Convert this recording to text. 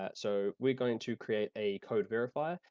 ah so, we're going to create a code verifier,